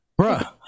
Bruh